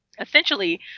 essentially